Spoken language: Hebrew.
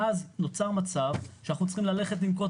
ואז נוצר מצב שאנחנו צריכים לנקוט